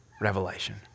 revelation